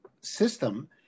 system